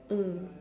mm